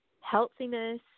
healthiness